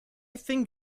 think